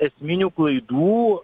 esminių klaidų